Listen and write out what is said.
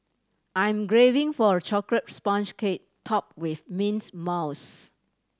I'm graving for a chocolate sponge cake top with mints mousse